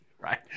right